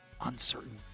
uncertain